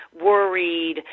worried